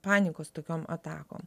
panikos tokiom atakom